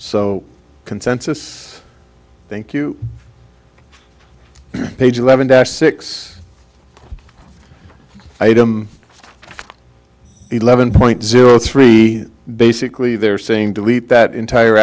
so consensus thank you page eleven dash six item eleven point zero three basically they're saying delete that entire